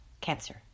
Cancer